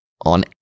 on